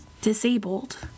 disabled